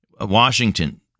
Washington